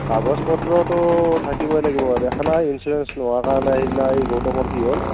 কাগজ পত্ৰতো থাকিবই লাগিব দেখা নাই ইঞ্চুৰেঞ্চ নোহোৱাৰ কাৰণে সেইদিনা এই গৌতমৰ কি হ'ল